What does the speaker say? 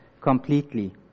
completely